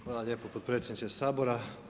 Hvala lijepo potpredsjedniče Sabora.